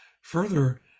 Further